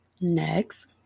Next